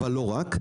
אבל לא רק.